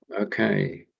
Okay